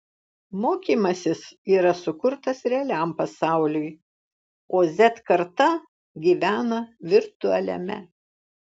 mokymasis yra sukurtas realiam pasauliui o z karta gyvena virtualiame